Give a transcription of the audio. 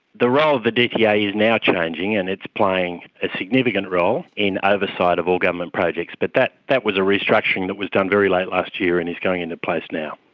the role of the dta is yeah yeah now changing and it's playing a significant role in ah oversight of all government projects, but that that was a restructuring that was done very late last year and is going into place now.